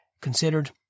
considered